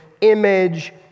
image